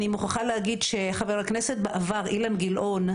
אני מוכרחה להגיד שבעבר חבר הכנסת אילן גילאון,